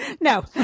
No